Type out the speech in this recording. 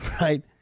right